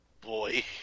Boy